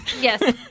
Yes